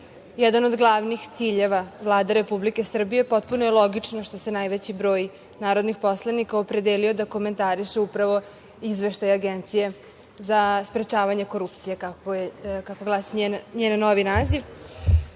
jedan od glavnih ciljeva Vlade Republike Srbije, potpuno je logično što se najveći broj narodnih poslanika opredelio da komentariše upravo izveštaj Agencije za sprečavanje korupcije, kako glasi njen novi naziv. Ja